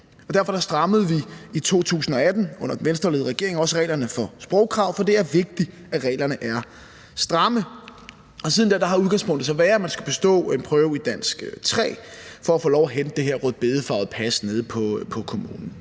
Derfor strammede vi i 2018 under den Venstreledede regering også reglerne for sprogkrav, for det er vigtigt, at reglerne er stramme. Siden da har udgangspunktet været, at man skulle bestå en prøve i dansk 3 for at få lov at hente det her rødbedefarvede pas nede på kommunen.